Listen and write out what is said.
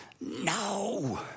no